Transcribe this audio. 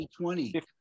2020